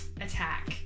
attack